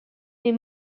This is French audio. des